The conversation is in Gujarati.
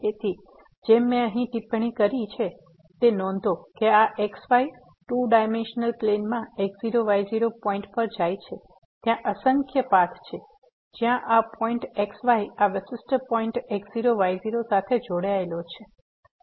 તેથી જેમ મેં અહીં ટિપ્પણી કરી છે તે નોંધો કે આ x y બે ડાઈમેન્સનલ પ્લેન માં x0 y0 પોઈન્ટ પર જાય છે ત્યાં અસંખ્ય પાથ છે જ્યાં આ પોઈન્ટ x y આ વિશિષ્ટ પોઈન્ટ x0 y0 સાથે જોડાયેલા છે